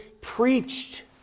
preached